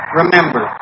remember